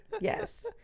Yes